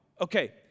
Okay